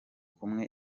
kumwe